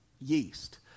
yeast